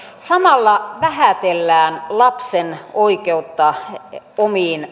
samalla vähätellään lapsen oikeutta omiin